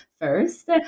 first